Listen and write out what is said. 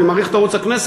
אני מעריך את ערוץ הכנסת,